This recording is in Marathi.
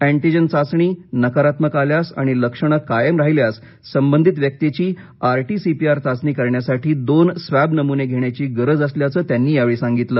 अंतीजेन चाघणी नकारात्मक आल्यास आणि लक्षणे कायम राहिल्यास संबधित व्यक्तीची R T C P R चाचणी करण्यासाठी दोन स्वब नमुने घेण्याची गरज असल्याचं त्यांनी यावेळी सांगितलं